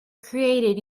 created